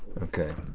okay.